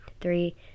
three